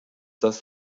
das